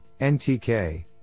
NTK